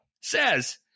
says